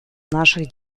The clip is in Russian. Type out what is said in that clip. наших